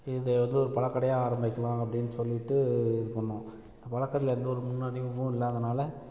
இது வந்து ஒரு பழக்கடையாக ஆரம்பிக்கலாம் அப்படின்னு சொல்லிட்டு இது பண்ணோம் பழக்கடையில் எந்த ஒரு முன் அனுபவமும் இல்லாதனால்